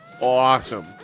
awesome